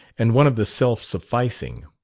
and one of the self-sufficing.